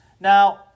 now